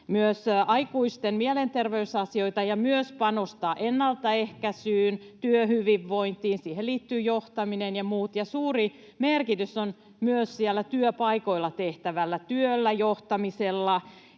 myös aikuisten mielenterveysasioita ja panostaa ennaltaehkäisyyn, työhyvinvointiin. Siihen liittyy johtaminen ja muut. Suuri merkitys on myös siellä työpaikoilla tehtävällä työllä, johtamisella.